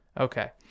okay